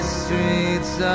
streets